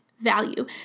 value